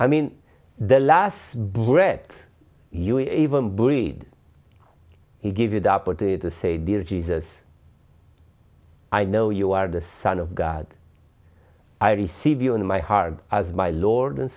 i mean the last breath you even breed he give you the opportunity to say dear jesus i know you are the son of god i receive you in my heart as my lord and